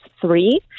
three